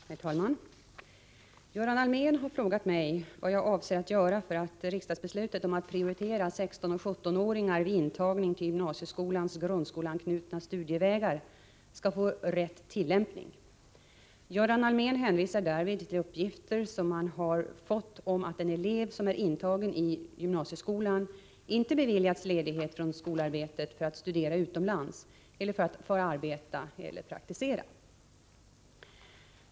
Herr talman! Göran Allmér har frågat mig vad jag avser att göra för att riksdagsbeslutet om att prioritera 16 och 17-åringar vid intagning till gymnasieskolans grundskoleanknutna studievägar skall få rätt tillämpning. Göran Allmér hänvisar därvid till uppgifter som han har fått om att en elev som är intagen i gymnasieskola inte beviljats ledighet från skolarbetet för att studera utomlands eller för att arbeta eller praktisera.